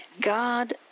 God